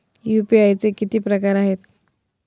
UPI चे किती प्रकार आहेत?